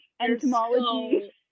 entomology